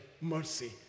mercy